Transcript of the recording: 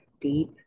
deep